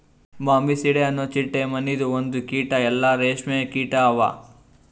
Bombycidae ಅನೊ ಚಿಟ್ಟೆ ಮನಿದು ಒಂದು ಕೀಟ ಇಲ್ಲಾ ರೇಷ್ಮೆ ಕೀಟ ಅವಾ